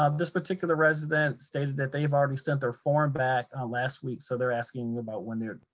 um this particular resident stated that they've already sent their form back ah last week, so they're asking about when they're,